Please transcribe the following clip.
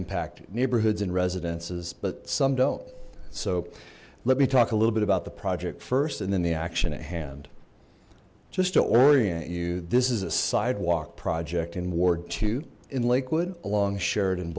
impact neighborhoods and residences but some don't so let me talk a little bit about the project first and then the action at hand just to orient you this is a sidewalk project in ward two in lakewood along sh